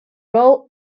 role